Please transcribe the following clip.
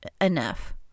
enough